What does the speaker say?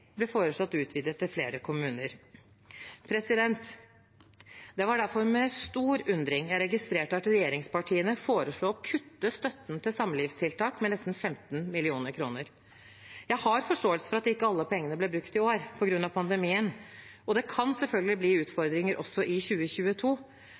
ble foreslått utvidet til flere kommuner. Det var derfor med stor undring jeg registrerte at regjeringspartiene foreslo å kutte støtten til samlivstiltak med nesten 15 mill. kr. Jeg har forståelse for at ikke alle pengene ble brukt i år på grunn av pandemien, og det kan selvfølgelig bli